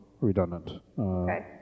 redundant